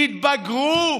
תתבגרו.